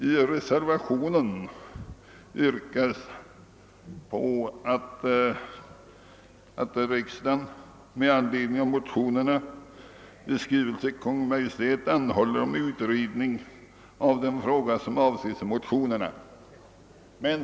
I reservationen yrkas på att riksdagen med anledning av motionerna i skrivelse till Kungl. Maj:t anhåller om utredning av den fråga som avses i motionerna.